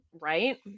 right